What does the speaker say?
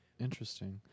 Interesting